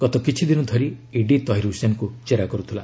ଗତ କିଛି ଦିନ ଧରି ଇଡି ତହିର ହୁସେନଙ୍କୁ ଜେରା କରୁଥିଲା